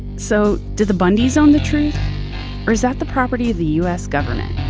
so did the bundys own the truth or is that the property of the u s. government?